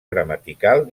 gramatical